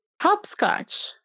Hopscotch